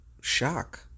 shock